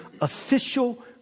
official